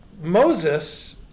Moses